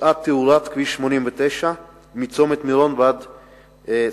בוצעה תאורה בכביש 89 מצומת מירון ועד ספסופה,